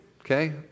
Okay